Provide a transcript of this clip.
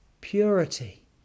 purity